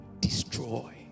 Destroy